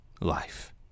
life